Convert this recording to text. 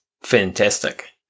fantastic